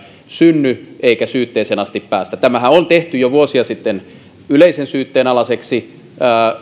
synny eikä syytteeseen asti päästä tämähän on tehty jo vuosia sitten yleisen syytteen alaiseksi